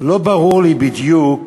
לא ברור לי בדיוק